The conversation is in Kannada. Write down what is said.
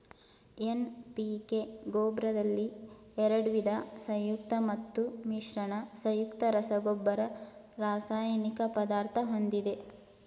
ಎನ್.ಪಿ.ಕೆ ಗೊಬ್ರದಲ್ಲಿ ಎರಡ್ವಿದ ಸಂಯುಕ್ತ ಮತ್ತು ಮಿಶ್ರಣ ಸಂಯುಕ್ತ ರಸಗೊಬ್ಬರ ರಾಸಾಯನಿಕ ಪದಾರ್ಥ ಹೊಂದಿದೆ